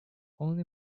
only